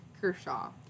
Kershaw